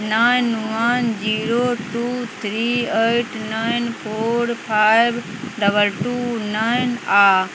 nine one zero two three eight nine four five double two nine आओर